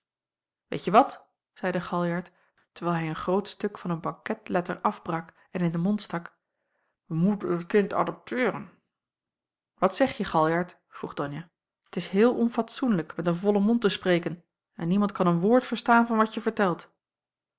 weetje wat zeide galjart terwijl hij een groot stuk van een banketletter afbrak en in den mond stak wij moeten dat kind adopteeren wat zegje galjart vroeg donia t is heel onfatsoenlijk met een vollen mond te spreken en niemand kan een woord verstaan van wat je vertelt